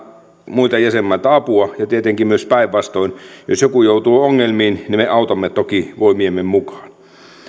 muilta jäsenmailta apua ja tietenkin myös päinvastoin jos joku joutuu ongelmiin niin me autamme toki voimiemme mukaan